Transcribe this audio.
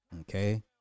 Okay